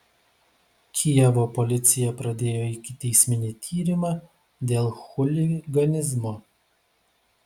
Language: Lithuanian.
kijevo policija pradėjo ikiteisminį tyrimą dėl chuliganizmo